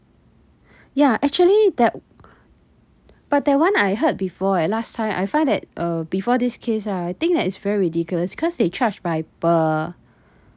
ya actually that but that one I heard before eh last time I find that uh before this case ah I think that is very ridiculous because they charged by per